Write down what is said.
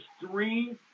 three